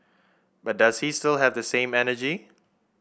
but does he sill have the same energy